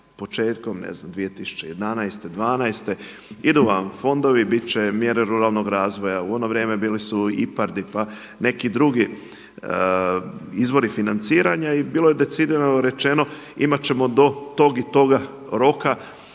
ne znam 2011., 2012. idu vam fondovi, biti će mjere ruralnog razvoja, u ono vrijeme bili su IPARD, IPA, neki drugi izvori financiranja i bilo je decidirano rečeno, imati ćemo do tog i toga roka